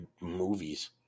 movies